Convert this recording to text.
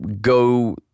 go